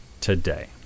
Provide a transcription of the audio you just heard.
today